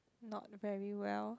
not very well